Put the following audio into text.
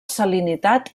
salinitat